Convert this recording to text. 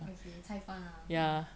okay 菜饭 ah uh